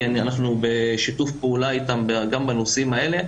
כי אנחנו בשיתוף פעולה איתם גם בנושאים האלה,